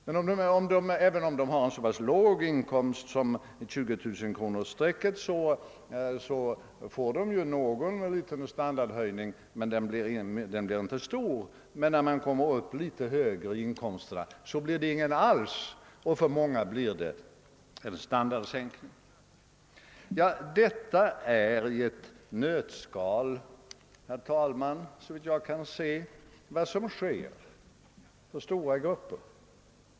Ifall vederbörande har så låg inkomst att den ligger vid 20 000-kronorsstrecket får de någon liten standardhöjning, för dem som har högre inkomst blir det ingen standardhöjning alls och för många blir det en standardsänkning. Detta är i ett nötskal vad som sker för stora grupper.